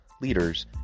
leaders